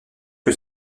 que